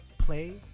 Play